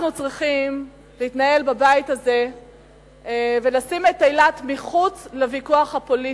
אנחנו צריכים להתנהל בבית הזה ולשים את אילת מחוץ לוויכוח הפוליטי.